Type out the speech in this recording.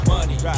Money